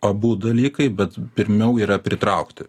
abu dalykai bet pirmiau yra pritraukti